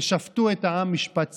ושפטו את העם משפט צדק.